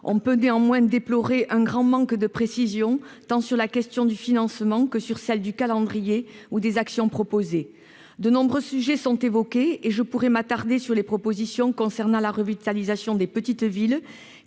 On peut néanmoins déplorer un grand manque de précisions, tant sur la question du financement que sur celle du calendrier des actions proposées. De nombreux sujets sont évoqués, et je pourrais m'attarder sur les propositions concernant la revitalisation des petites villes,